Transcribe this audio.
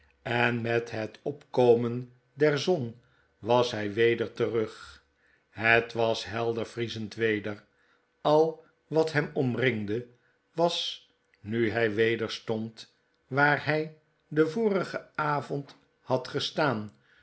eh met het opkomen der zon was hy weder terug het was helder vriezend weder al wat hem omringde was nu by weder stond waar hy den vorigen avond had gestaan